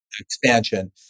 expansion